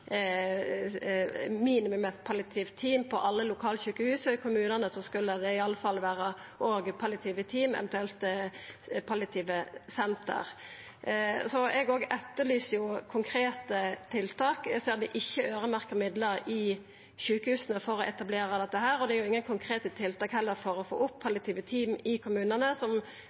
minimum eitt palliativt team i alle lokalsjukehus, og i kommunane skulle det iallfall vera palliative team, eventuelt palliative senter. Så eg òg etterlyser konkrete tiltak. Eg ser det ikkje er øyremerkte midlar i sjukehusa for å etablera dette, og det er heller ingen konkrete tiltak for å få opp palliative team i kommunane. Etter det vi har fått som